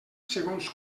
segons